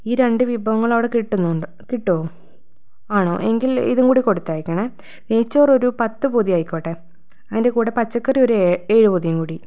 ഈ രണ്ട് വിഭവങ്ങൾ അവിടെ കിട്ടുന്നുണ്ട് കിട്ടോ ആണോ എങ്കിൽ ഇതും കൂടി കൊടുത്തയക്കണേ നെയ്യ്ച്ചോർ ഒരു പത്ത് പൊതി ആയിക്കോട്ടെ അതിൻ്റെ കൂടെ പച്ചക്കറി ഒരു ഏ ഏഴു പൊതി കൂടി